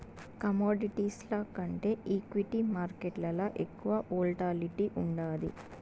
కమోడిటీస్ల కంటే ఈక్విటీ మార్కేట్లల ఎక్కువ వోల్టాలిటీ ఉండాది